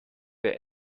der